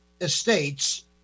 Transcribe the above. estates